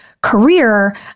career